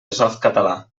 softcatalà